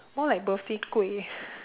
more like birthday kueh